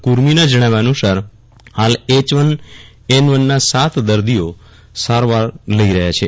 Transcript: કુર્મીના જણાવ્યા અનુસાર હાલ એચ વન એન વન ના સાત દર્દીઓ સારવાર લઇ રહ્યા છે